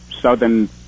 southern